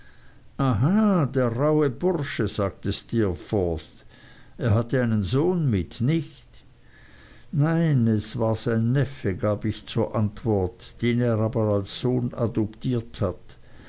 der rauhe bursche sagte steerforth er hatte einen sohn mit nicht nein es war sein neffe gab ich zur antwort den er aber als sohn adoptiert hat